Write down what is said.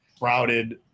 routed